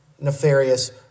nefarious